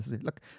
Look